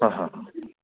हा हा हा